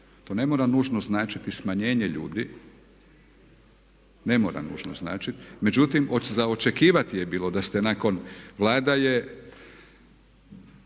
To ne mora nužno značiti smanjenje ljudi, ne mora nužno značiti. Međutim, za očekivati je bilo da ste nakon, Vlada je